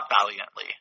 valiantly